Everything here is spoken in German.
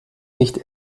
nicht